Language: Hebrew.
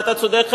ואתה צודק,